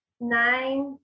nine